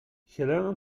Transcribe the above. helena